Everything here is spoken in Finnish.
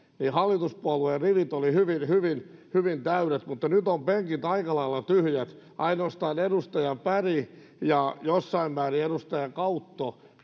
niin hallituspuolueiden rivit olivat hyvin hyvin hyvin täydet mutta nyt ovat penkit aika lailla tyhjät ainoastaan edustaja berg ja jossain määrin edustaja kautto